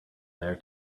there